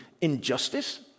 injustice